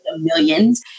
millions